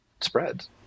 spreads